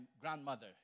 grandmother